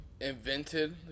invented